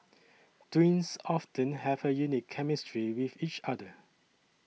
twins often have a unique chemistry with each other